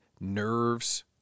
nerves